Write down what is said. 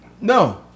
No